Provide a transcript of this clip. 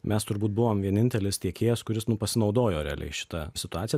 mes turbūt buvom vienintelis tiekėjas kuris nu pasinaudojo realiai šita situacija